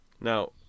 Now